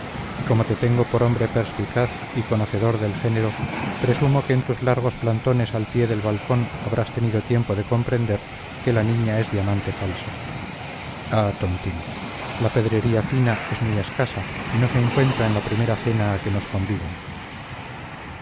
y como te tengo por hombre perspicaz y conocedor del género presumo que en tus largos plantones al pie del balcón habrás tenido tiempo de comprender que la niña es diamante falso ah tontín la pedrería fina es muy escasa y no se encuentra en la primera cena a que nos convidan